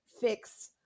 fix